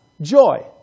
joy